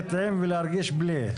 ללכת עם ולהרגיש בלי...